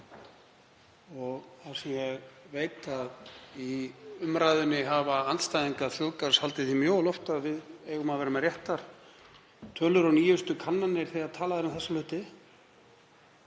Þar sem ég veit að í umræðunni hafa andstæðingar þjóðgarðs haldið því mjög á lofti að við eigum að vera með réttar tölur og nýjustu kannanir þegar talað er um þessa hluti